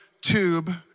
tube